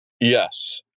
Yes